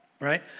right